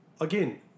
again